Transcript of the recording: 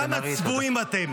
כמה צבועים אתם.